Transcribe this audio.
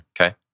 Okay